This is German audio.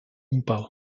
umbau